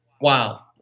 wow